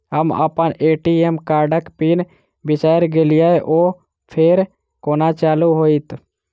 हम अप्पन ए.टी.एम कार्डक पिन बिसैर गेलियै ओ फेर कोना चालु होइत?